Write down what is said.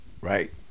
Right